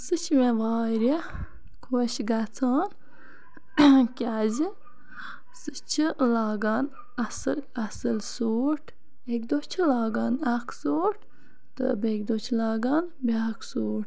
سۄ چھِ مےٚ واریاہ خۄش گَژھان کیازِ سۄ چھِ لاگان اصل اصل سوٗٹ اَکہِ دۄہ چھِ لاگان اکھ سوٗٹ تہٕ بیٚکہِ دۄہ چھِ لاگان بیاکھ سوٗٹ